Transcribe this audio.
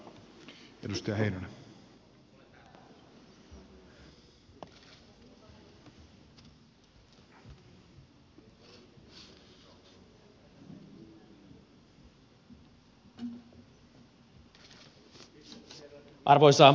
arvoisa puhemies